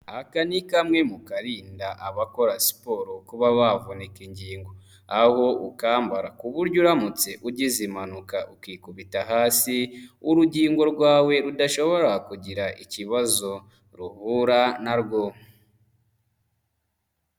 Aka ni kamwe mu karinda abakora siporo kuba bavunika ingingo, aho ukambara ku buryo uramutse ugize impanuka ukikubita hasi, urugingo rwawe rudashobora kugira ikibazo ruhura na rwo.